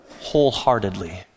wholeheartedly